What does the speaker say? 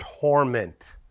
torment